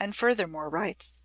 and furthermore writes